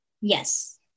Yes